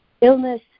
illness